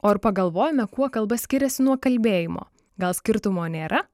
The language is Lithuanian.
o ar pagalvojame kuo kalba skiriasi nuo kalbėjimo gal skirtumo nėra